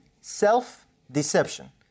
Self-deception